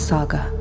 Saga